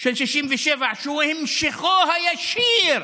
של 67', שהוא המשכו הישיר